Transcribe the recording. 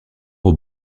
aux